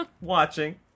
Watching